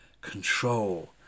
control